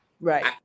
Right